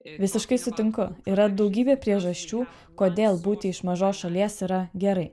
visiškai sutinku yra daugybė priežasčių kodėl būti iš mažos šalies yra gerai